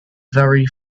very